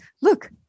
look